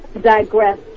digress